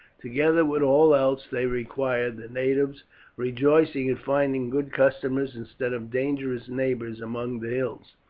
together with all else they required, the natives rejoicing in finding good customers instead of dangerous neighbours among the hills.